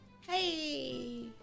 Hey